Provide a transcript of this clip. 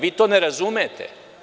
Vi to ne razumete.